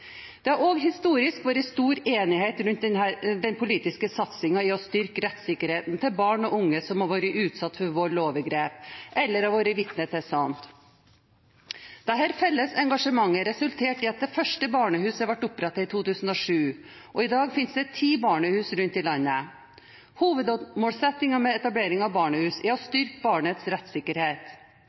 Det har også historisk vært stor enighet rundt den politiske satsingen på å styrke rettssikkerheten til barn og unge som har vært utsatt for vold og overgrep eller har vært vitne til slikt. Dette felles engasjementet resulterte i at det første barnehuset ble opprettet i 2007, og i dag finnes det ti barnehus rundt i landet. Hovedmålsettingen med etableringen av barnehus er å styrke barnets rettssikkerhet.